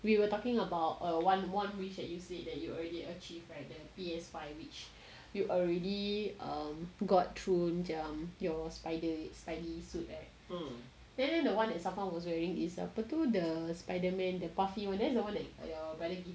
we were talking about a one one wish that you said that you already achieve right the P_S five which you already got through the um your spidey spider suit right then then the one that someone was wearing is apa tu the spiderman the puffy one that's the one that your brother give